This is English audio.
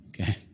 Okay